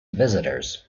visitors